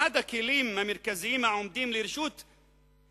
אחד הכלים המרכזיים העומדים לרשותה,